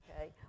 okay